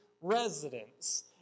residents